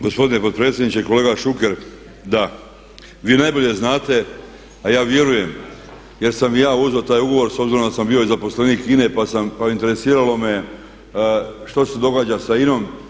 Gospodine potpredsjedniče, kolega Šuker da, vi najbolje znate, a ja vjerujem jer sam i ja uzeo taj ugovor s obzirom da sam bio i zaposlenik INA-e pa interesiralo me što se događa sa INA-om.